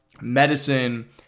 medicine